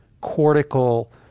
cortical